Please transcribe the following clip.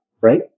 Right